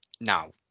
Now